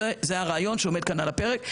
זה הרעיון שעומד כאן על הפרק.